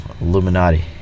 Illuminati